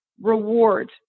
rewards